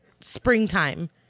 springtime